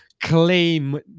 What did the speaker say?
claim